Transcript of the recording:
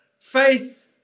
Faith